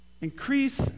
increase